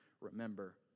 remember